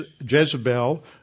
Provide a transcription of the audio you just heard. Jezebel